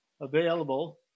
available